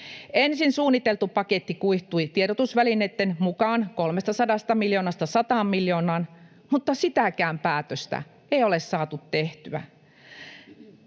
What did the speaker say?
Ensin suunniteltu paketti kuihtui tiedotusvälineiden mukaan 300 miljoonasta 100 miljoonaan, mutta sitäkään päätöstä ei ole saatu tehtyä.